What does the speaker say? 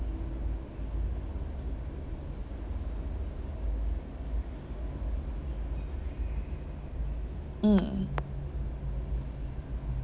mm